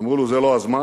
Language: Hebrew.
אמרו לו: זה לא הזמן.